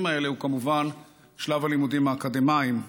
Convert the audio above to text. האלה הוא כמובן שלב הלימודים האקדמיים.